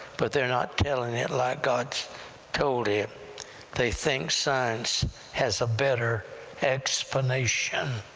but they're not telling it like god told it they think science has a better explanation.